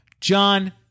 John